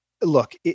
look